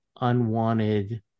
unwanted